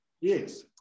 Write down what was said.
Yes